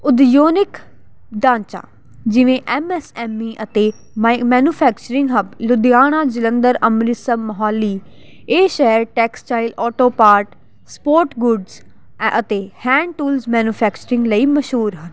ਉਦਯੋਗਿਕ ਢਾਂਚਾ ਜਿਵੇਂ ਐਮ ਐਸ ਐਮ ਈ ਅਤੇ ਮਾਈ ਮੈਨੂਫੈਕਚਰਿੰਗ ਹੱਬ ਲੁਧਿਆਣਾ ਜਲੰਧਰ ਅੰਮ੍ਰਿਤਸਰ ਮੋਹਾਲੀ ਇਹ ਸ਼ਹਿਰ textile auto part sport goods ਐਂ ਅਤੇ ਹੈਂਡ ਟੂਲ ਮੈਨੂਫੈਕਰਰਿੰਗ ਲਈ ਮਸ਼ਹੂਰ ਹਨ